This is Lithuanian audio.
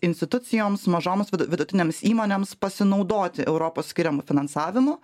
institucijoms mažoms vidutinėms įmonėms pasinaudoti europos skiriamu finansavimu